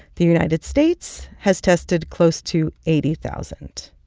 the united states has tested close to eighty thousand.